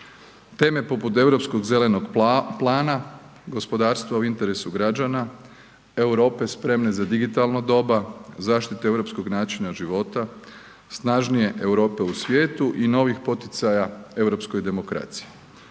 Teme poput europskog zelenog plana gospodarstva u interesu građana Europe spremne za digitalno doba zaštite europskog načina života, snažnije Europe u svijetu i novih poticaja europskoj demokraciji.